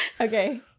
Okay